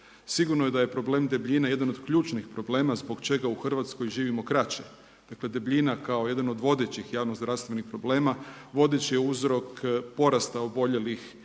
Sigurno je da je problem debljine jedan od ključnih problema zbog čega u Hrvatskoj živimo kraće, dakle debljina kao jedan od vodećih javnozdravstvenih problema, vodeći je uzrok porasta oboljelih i